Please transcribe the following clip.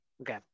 Okay